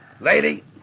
Lady